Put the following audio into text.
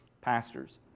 pastors